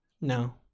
No